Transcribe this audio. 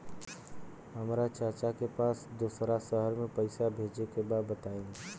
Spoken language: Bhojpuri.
हमरा चाचा के पास दोसरा शहर में पईसा भेजे के बा बताई?